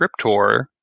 scriptor